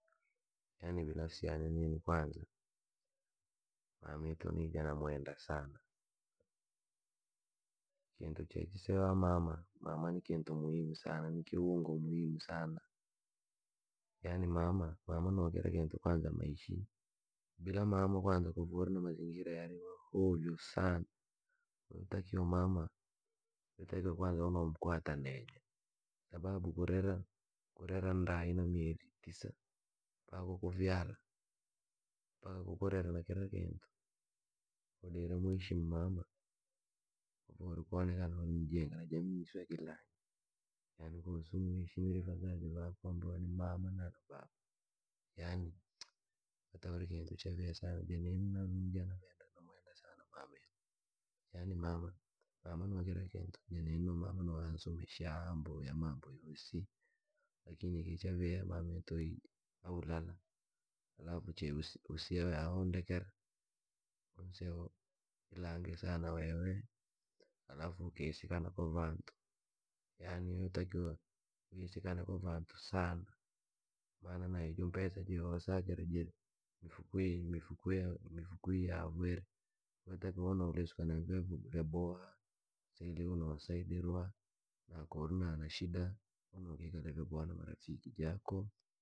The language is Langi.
Yaani binafsi yane kwanza, mamito nija namwenda sana. Kintu che chisewa mama, mama ni kintu muhimu sana ni kiungo muhimu sana, yaani mama no kira kintu kwanza maishi bila mama kwanza maisha kuva yari hovyo sana, yotakiwa mama mama kwanza unomkuwata neeja kwasa babu kurera inda ina mieri tisa mpaka kuku vyala kukurera na kira kintu udire mheshimu mama koonekana uri mjinga na jamii yisu ya kiilangi yani ko si uvaheshimwire vazazi vako ambayo ni mama na baba yani pata uri kintu chaviya sana ja nin nija namwenda sana mamito, yani mama no kira kintu na nini mama no ansomesha amboirya mambo yoosi lakini ki chaviya mamito aulala, alafu kwatite usia andekera, unsea ilange sana wewe alafu ukiisikana yani yootakiwa uisikane kwa vantu sana maana na ijo mpesa je wosakira imware mifukwi ya vantu, yotakiwa unolusika na vantu vyaboha sa ili uno saidirua na ko uri nashida uno kikala vyaboha na marafiki jako,